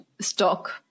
stock